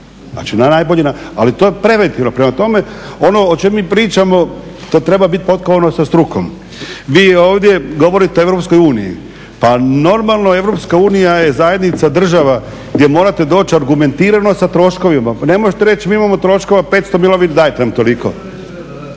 braniti od poplava. Ali to je preventivno. Prema tome, ono o čemu mi pričamo to treba biti potkovano sa strukom. Vi ovdje govorite o EU, pa normalno EU je zajednica država gdje morate doći argumentirano sa troškovima. Ne možete reći mi imamo troškova 500 milijuna, dajte nam toliko.